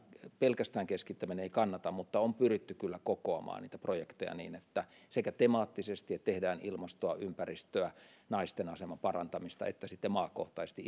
pelkästään keskittäminen ei kannata mutta on pyritty kyllä kokoamaan projekteja sekä temaattisesti niin että tehdään ilmastoa ympäristöä ja naisten aseman parantamista että sitten maakohtaisesti